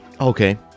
Okay